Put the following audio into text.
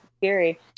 scary